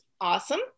awesome